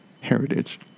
heritage